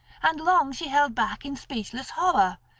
and long she held back in speechless horror,